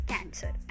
Cancer